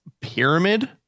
pyramid